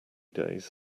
days